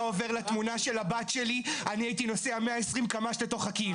עובר לתמונה של הבת שלי אני הייתי נוסע 120 קמ"ש לתוך הקיר,